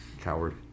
Coward